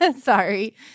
Sorry